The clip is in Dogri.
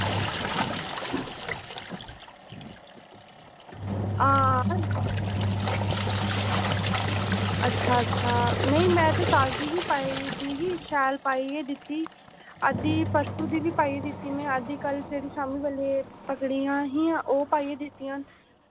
हां अच्छा अच्छा नेईं में ते ताज़ी ही पाई दी शैल पाइयै दित्ती अद्धी परसूं दी बी पाई दित्ती में अद्धी कल दी सगुआं जेल्लै पकड़ियां हियां ओह् पाइयै दित्तियां